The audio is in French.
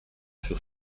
sur